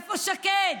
איפה שקד?